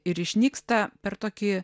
ir išnyksta per tokį